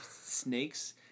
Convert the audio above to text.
snakes